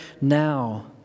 now